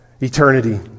eternity